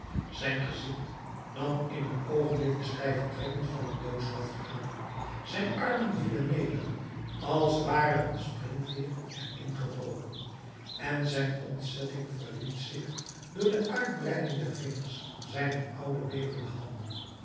zijn gezicht nam in een oogenblik de stijve trekken van een doodshoofd aan zijn armen vielen neder als ware een springveer er in gebroken en zijn ontzetting verried zich door de uitbreiding der vingers zijner oude bevende handen